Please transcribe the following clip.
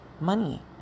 money